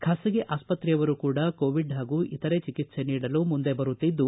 ಖಾಸಗಿ ಆಸ್ಪತ್ರೆಯವರು ಕೂಡ ಕೋವಿಡ್ ಹಾಗೂ ಇತರೆ ಚಿಕಿತ್ಸೆ ನೀಡಲು ಮುಂದೆ ಬರುತ್ತಿದ್ದು